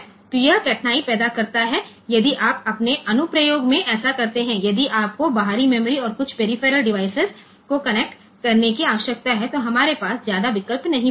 तो यह कठिनाई पैदा करता है यदि आप अपने अनुप्रयोग में ऐसा करते हैं यदि आपको बाहरी मेमोरी और कुछ पेरीफेरल डिवाइस को कनेक्ट करने की आवश्यकता है तो हमारे पास ज्यादा विकल्प नहीं बचा है